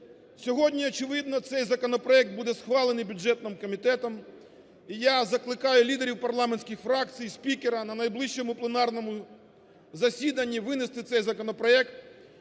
Сьогодні, очевидно, цей законопроект буде схвалений бюджетним комітетом, і я закликаю лідерів парламентських фракцій, спікера на найближчому пленарному засіданні винести цей законопроект,